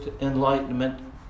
enlightenment